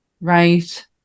right